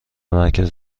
مرکز